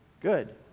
Good